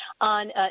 on